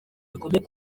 bikomeye